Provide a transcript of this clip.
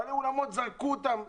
בעלי האולמות זרקו אותם לכלבים,